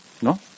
¿no